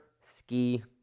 Ski